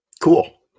Cool